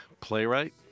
playwright